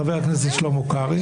חבר הכנסת שלמה קרעי,